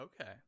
Okay